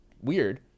weird